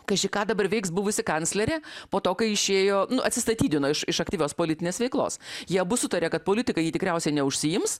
kaži ką dabar veiks buvusi kanclerė po to kai išėjo nu atsistatydino iš aktyvios politinės veiklos jie abu sutarė kad politika ji tikriausiai neužsiims